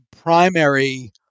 primary